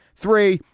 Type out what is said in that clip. three.